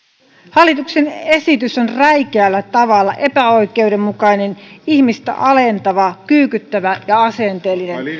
hallituksen esitys on räikeällä tavalla epäoikeudenmukainen ihmistä alentava kyykyttävä ja asenteellinen